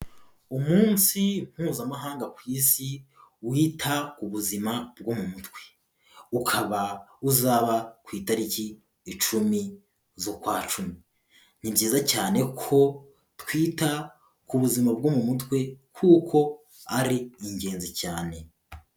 Umunsi mpuzamahanga ku isi wita ku buzima bwo mu mutwe, ukaba uzaba ku itariki icumi z'ukwacumi. Ni byiza cyane ko twita ku buzima bwo mu mutwe kuko ari ingenzi cyane.